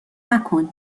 نکن